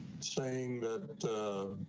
saying that